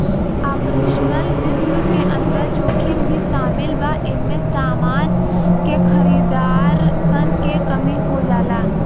operational risk के अंदर जोखिम भी शामिल बा एमे समान के खरीदार सन के कमी हो जाला